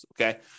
okay